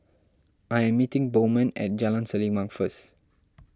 I am meeting Bowman at Jalan Selimang first